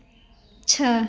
छः